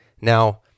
Now